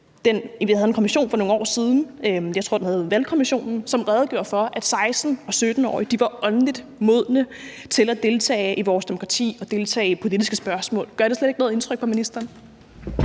Vi havde en kommission for nogle år siden – jeg tror, den hed valgkommissionen – som redegjorde for, at 16-årige og 17-årige var åndeligt modne til at deltage i vores demokrati og deltage i politiske spørgsmål. Gør det slet ikke noget indtryk på ministeren?